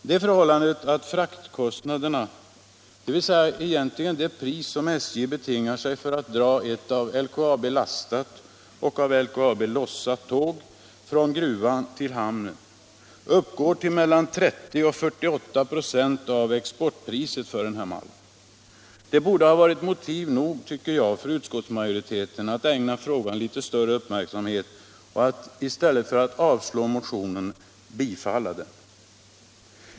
Det förhållandet att fraktkostnaden — dvs. det pris som SJ betingar sig för att dra ett av LKAB lastat och av LKAB lossat tåg från gruvan till hamnen — uppgår till mellan 30 och 48 96 av exportpriset för denna malm borde ha varit motiv nog för utskottsmajoriteten att ägna frågan större intresse och tillstyrka motionen i stället för att avstyrka den.